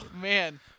man